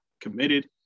committed